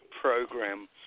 program